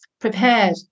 prepared